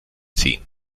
ziehen